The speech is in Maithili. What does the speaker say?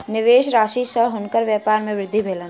निवेश राशि सॅ हुनकर व्यपार मे वृद्धि भेलैन